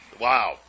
Wow